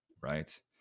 right